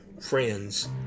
friends